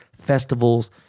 festivals